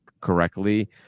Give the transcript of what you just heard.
correctly